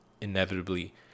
inevitably